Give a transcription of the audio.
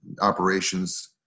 operations